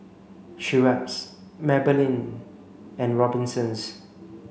Schweppes Maybelline and Robinsons